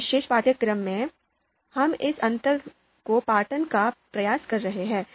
इस विशेष पाठ्यक्रम में हम इस अंतर को पाटने का प्रयास कर रहे हैं